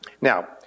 Now